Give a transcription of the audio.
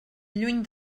lluny